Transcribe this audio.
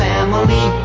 Family